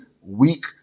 weak